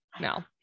No